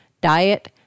diet